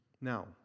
Now